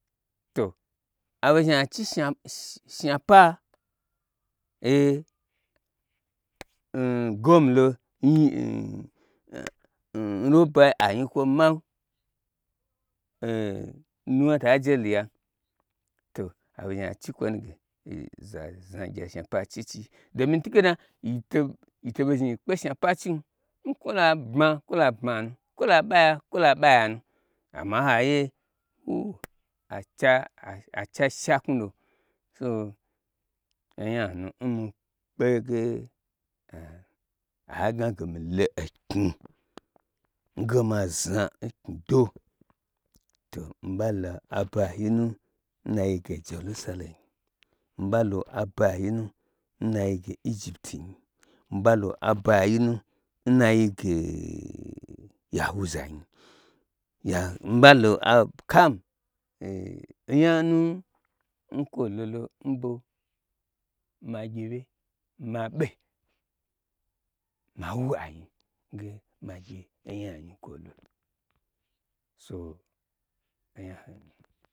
To aɓo zhni ai chi shna gon lo n robai anyi kwo mam nu wna taje lu yam to abei zhni ai chi kwo nuge za zna nu gye shnapa achi chii. Domin ntungena yito ɓei zhni yi kpe shna pa chim nkwola bma kwola bma nnu kwo la ɓaya kwo la ɓayanu amma n haiye u u u achi asha knwu lo so onyanu n mi kpege agnage milo eknyi ngema zna oknyi do to mi balo abayi nu nnayi ge jelusalem. Mi ɓalo aba yi nu n na yi ge egiptinyi mi balo abayi nu nna yige yahuza nyi ya mbalo cam onyanu nkwolola nɓo magye wye ma ɓe ma wu anyi nge ma gye onya nu nkwolo so onyanu.